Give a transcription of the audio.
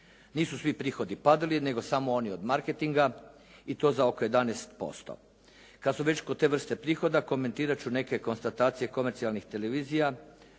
Nisu svi prihodi padali, nego samo oni od marketinga i to za oko 11%. Kad smo već kod te vrste prihode, komentirati ću neke konstatacije komercijalnih televizija.